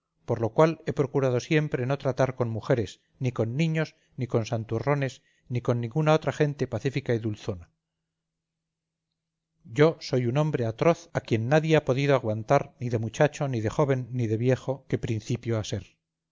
por lo cual he procurado siempre no tratar con mujeres ni con niños ni con santurrones ni con ninguna otra gente pacífica y dulzona yo soy un hombre atroz a quien nadie ha podido aguantar ni de muchacho ni de joven ni de viejo que principio